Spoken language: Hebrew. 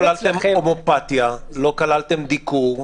לא כללתם הומיאופתיה, לא כללתם דיקור.